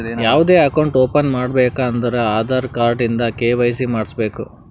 ಯಾವ್ದೇ account open ಮಾಡ್ಬೇಕ ಅಂದುರ್ ಆಧಾರ್ ಕಾರ್ಡ್ ಇಂದ ಕೆ.ವೈ.ಸಿ ಮಾಡ್ಸಬೇಕ್